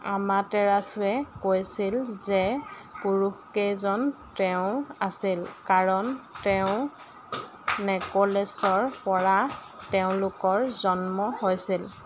আমাটেৰাছুৱে কৈছিল যে পুৰুষকেইজন তেওঁৰ আছিল কাৰণ তেওঁৰ নে'কলে'চৰপৰা তেওঁলোকৰ জন্ম হৈছিল